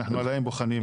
אנחנו עדיין בוחנים.